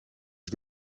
his